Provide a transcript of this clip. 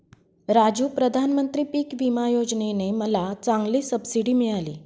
राजू प्रधानमंत्री पिक विमा योजने ने मला चांगली सबसिडी मिळाली